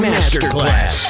Masterclass